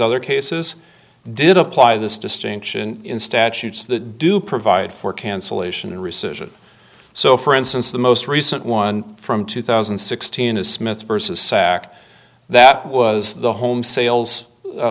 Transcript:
other cases did apply this distinction in statutes that do provide for cancellation rescission so for instance the most recent one from two thousand and sixteen is smith versus sac that was the home sales